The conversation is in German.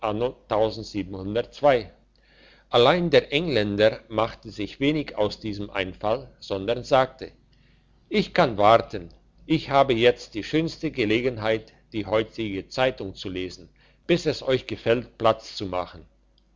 anno allein der engländer machte sich wenig aus diesem einfall sondern sagte ich kann warten ich habe jetzt die schönste gelegenheit die heutige zeitung zu lesen bis es euch gefällt platz zu machen